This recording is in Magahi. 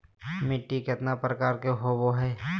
मिट्टी केतना प्रकार के होबो हाय?